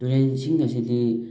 ꯇꯨꯔꯦꯟ ꯏꯁꯤꯡ ꯑꯁꯤꯗꯤ